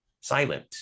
silent